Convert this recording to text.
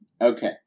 Okay